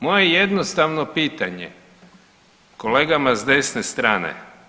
Moje jednostavno pitanje kolegama s desne strane.